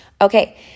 Okay